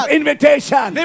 invitation